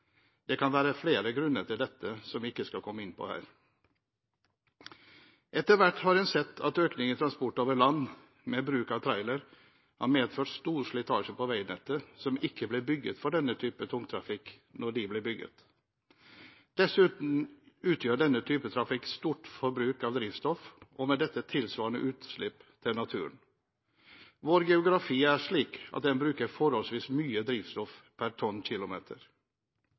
Det kan være flere grunner til dette, som jeg ikke skal komme inn på her. Etter hvert har en sett at økningen i transport over land, med bruk av trailer, har medført stor slitasje på veinettet, som ikke ble bygget for denne typen tungtrafikk da de ble bygget. Dessuten har denne typen trafikk et stort forbruk av drivstoff og med det tilsvarende utslipp i naturen. Vår geografi er slik at en bruker forholdsvis mye drivstoff per